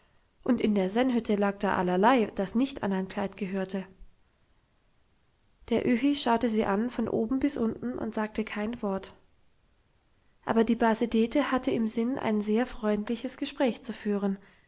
und in der sennhütte lag da allerlei das nicht an ein kleid gehörte der öhi schaute sie an von oben bis unten und sagte kein wort aber die base dete hatte im sinn ein sehr freundliches gespräch zu führen